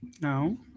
No